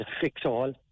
fix-all